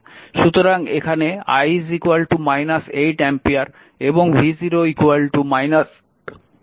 সুতরাং এখানে i 8 ampere এবং v0 3 i